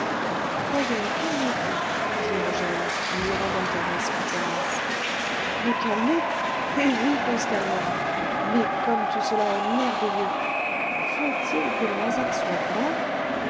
voyons calmez-vous fit angèle en lui rendant caresse pour caresse me calmer eh oui qu'on se calmera mais comme tout cela est merveilleux faut-il que le hasard soit grand